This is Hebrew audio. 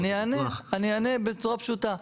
אני אענה בצורה פשוטה.